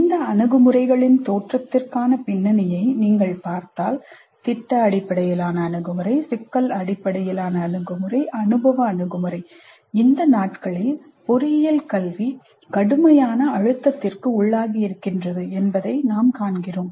இந்த அணுகுமுறைகளின் தோற்றத்திற்கான பின்னணியை நீங்கள் பார்த்தால் திட்ட அடிப்படையிலான அணுகுமுறை சிக்கல் அடிப்படையிலான அணுகுமுறை அனுபவ அணுகுமுறை இந்த நாட்களில் பொறியியல் கல்வி கடுமையான அழுத்தத்திற்கு உள்ளாகி இருக்கின்றது என்பதை நாம் காண்கிறோம்